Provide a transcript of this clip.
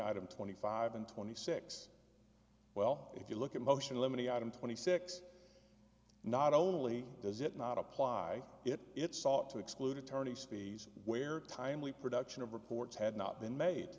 item twenty five and twenty six well if you look at motion limiting item twenty six not only does it not apply it it sought to exclude attorneys fees where timely production of reports had not been made